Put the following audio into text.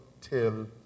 till